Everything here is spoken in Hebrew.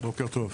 בוקר טוב.